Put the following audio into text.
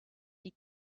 die